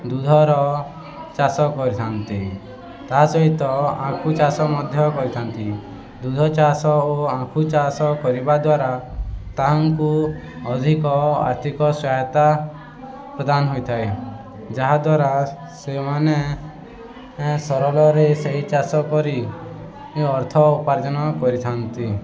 ଦୁଧର ଚାଷ କରିଥାନ୍ତି ତା' ସହିତ ଆଖୁ ଚାଷ ମଧ୍ୟ କରିଥାନ୍ତି ଦୁଧ ଚାଷ ଓ ଆଖୁ ଚାଷ କରିବା ଦ୍ୱାରା ତାହାଙ୍କୁ ଅଧିକ ଆର୍ଥିକ ସହାୟତା ପ୍ରଦାନ ହୋଇଥାଏ ଯାହାଦ୍ୱାରା ସେମାନେ ସରଳରେ ସେଇ ଚାଷ କରି ଅର୍ଥ ଉପାର୍ଜନ କରିଥାନ୍ତି